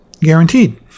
guaranteed